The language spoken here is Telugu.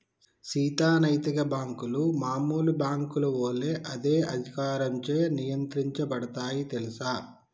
సీత నైతిక బాంకులు మామూలు బాంకుల ఒలే అదే అధికారంచే నియంత్రించబడుతాయి తెల్సా